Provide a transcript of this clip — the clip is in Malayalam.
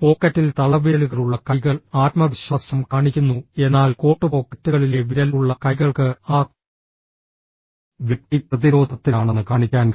പോക്കറ്റിൽ തള്ളവിരലുകളുള്ള കൈകൾ ആത്മവിശ്വാസം കാണിക്കുന്നു എന്നാൽ കോട്ട് പോക്കറ്റുകളിലെ വിരൽ ഉള്ള കൈകൾക്ക് ആ വ്യക്തി പ്രതിരോധത്തിലാണെന്ന് കാണിക്കാൻ കഴിയും